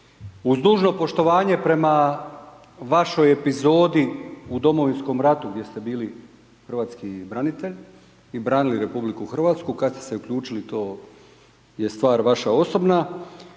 Uz dužno poštovanje prema vašoj epizodi u Domovinskom ratu gdje ste bili hrvatski branitelj i branili RH, kad ste se uključili to je stvar vaša osobna,